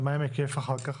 ומה עם היקף אחר כך?